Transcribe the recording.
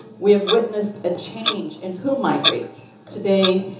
we have witnessed a change in who my greats today,